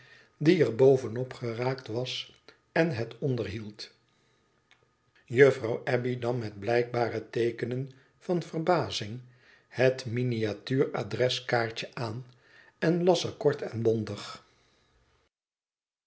die er bovenop geraakt was en het onder hield juffrouw abbey nam met blijkbare tee kenen van verbazing het miniatuur adreskaartje aan en las er kort en bondig